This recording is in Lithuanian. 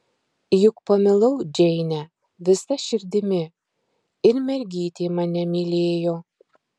juk pamilau džeinę visa širdimi ir mergytė mane mylėjo